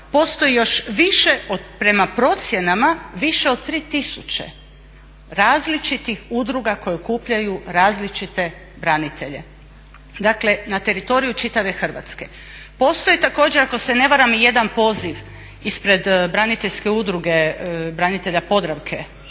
postoji još više prema procjenama više od 3 tisuće različitih udruga koje okupljaju različite branitelje, dakle na teritoriju čitave Hrvatske. Postoji također ako se ne varam i jedan poziv ispred braniteljske Udruge branitelja Podravke